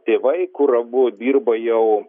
tėvai kur abu dirba jau